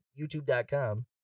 YouTube.com